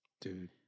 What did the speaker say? Dude